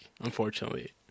unfortunately